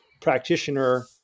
practitioner